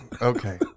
okay